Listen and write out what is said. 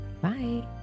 Bye